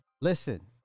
Listen